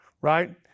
right